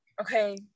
Okay